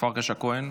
פרקש הכהן,